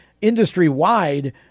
industry-wide